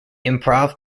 improv